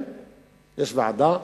יש ועדה,